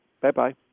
Bye-bye